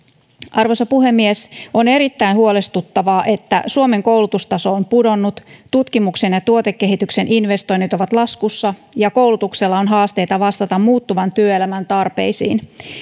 arvoisa puhemies on erittäin huolestuttavaa että suomen koulutustaso on pudonnut tutkimuksen ja tuotekehityksen investoinnit ovat laskussa ja koulutuksella on haasteita vastata muuttuvan työelämän tarpeisiin suomessa